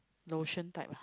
lotion type lah